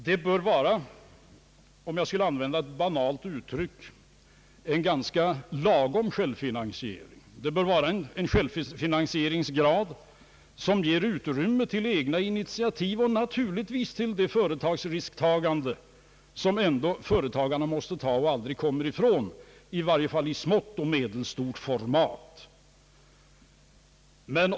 Det bör vara — om jag skall använda ett banalt uttryck — en lagom stor självfinansiering, det bör vara en självfinansieringsgrad som ger utrymme till egna initiativ och naturligtvis till det risktagande som <företagarna aldrig kommer ifrån, i varje fall inte företagarna i smått och medelstort format.